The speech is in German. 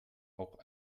auch